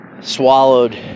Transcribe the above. swallowed